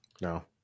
No